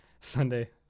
Sunday